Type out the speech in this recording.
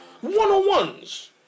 One-on-ones